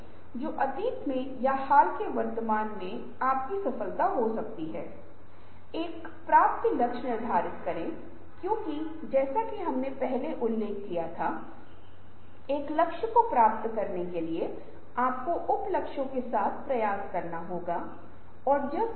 सारांश को देखने के बाद विशेषज्ञ की राय या समाधान बदल सकता है यह आम तौर पर नए समाधानों को ट्रिगर करता है और एक ही मुद्दे पर पिछले समाधानों में परिवर्तन का कारण बनता है